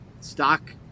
stock